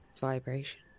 vibration